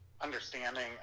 understanding